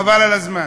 חבל על הזמן.